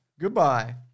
Goodbye